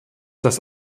das